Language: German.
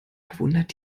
verwundert